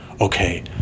okay